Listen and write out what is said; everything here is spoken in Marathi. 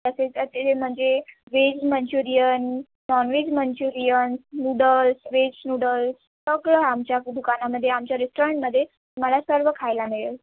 तसेच ते म्हणजे veg Manchurian non veg Manchurian noodles veg noodles सगळं आमच्या दुकानामध्ये आमच्या रेस्टॉरंटमध्ये तुम्हाला सर्व खायला मिळेल